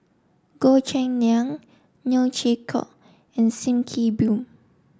Goh Cheng Liang Neo Chwee Kok and Sim Kee Boon